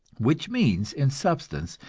which means, in substance,